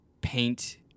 Paint